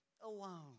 alone